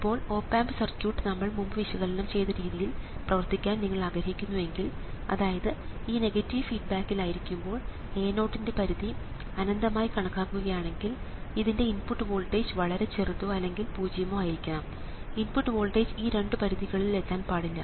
ഇപ്പോൾ op amp circuit നമ്മൾ മുമ്പ് വിശകലനം ചെയ്ത രീതിയിൽ പ്രവർത്തിക്കാൻ നിങ്ങൾ ആഗ്രഹിക്കുന്നുവെങ്കിൽ അതായത് ഇത് നെഗറ്റീവ് ഫീഡ്ബാക്കിൽ ആയിരിക്കുമ്പോൾ A0 യുടെ പരിധി അനന്തമായി കണക്കാക്കുകയാണെങ്കിൽ ഇതിൻറെ ഇൻപുട്ട് വോൾട്ടേജ് വളരെ ചെറുതോ അല്ലെങ്കിൽ പൂജ്യമോ ആയിരിക്കണം ഔട്ട്പുട്ട് വോൾട്ടേജ് ഈ രണ്ടു പരിധികളിൽ എത്താൻ പാടില്ല